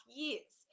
years